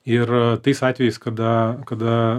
ir a tais atvejais kada kada